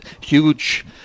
huge